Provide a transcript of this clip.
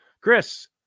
Chris